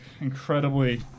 incredibly